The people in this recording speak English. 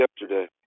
yesterday